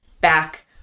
back